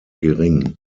gering